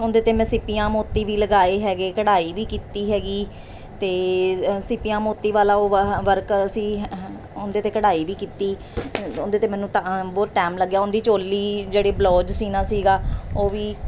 ਉਹਦੇ 'ਤੇ ਮੈਂ ਸਿੱਪੀਆਂ ਮੋਤੀ ਵੀ ਲਗਾਏ ਹੈਗੇ ਕਢਾਈ ਵੀ ਕੀਤੀ ਹੈਗੀ ਅਤੇ ਅ ਸਿੱਪੀਆਂ ਮੋਤੀ ਵਾਲਾ ਉਹ ਵ ਵਰਕ ਅਸੀਂ ਉਹਦੇ 'ਤੇ ਕਢਾਈ ਵੀ ਕੀਤੀ ਉਹਦੇ 'ਤੇ ਮੈਨੂੰ ਟਾ ਬਹੁਤ ਟੈਮ ਲੱਗਿਆ ਉਹਦੀ ਚੋਲੀ ਜਿਹੜੇ ਬਲੋਜ ਸਿਉਣਾ ਸੀਗਾ ਉਹ ਵੀ